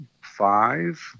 five